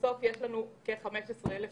מצדיק את זה, שאין כרגע חלופות